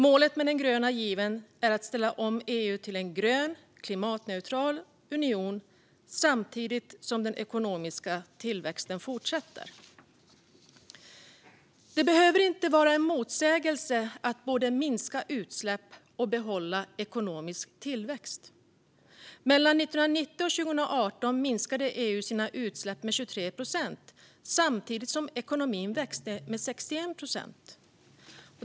Målet med den gröna given är att ställa om EU till en grön, klimatneutral union samtidigt som den ekonomiska tillväxten fortsätter. Det behöver inte vara en motsägelse att både minska utsläpp och behålla ekonomisk tillväxt. Mellan 1990 och 2018 minskade EU sina utsläpp med 23 procent, samtidigt som ekonomin växte med 61 procent.